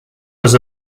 was